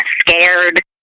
scared